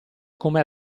come